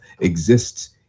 exists